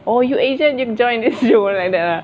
orh you asian you can join this show like that ah